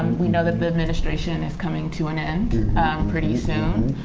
we know that the administration is coming to an end pretty soon.